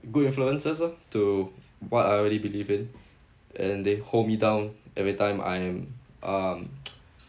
good influences loh to what I already believed in and they hold me down every time I'm um